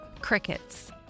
Crickets